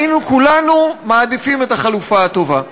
היינו כולנו מעדיפים את החלופה הטובה.